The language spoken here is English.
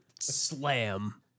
Slam